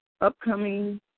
upcoming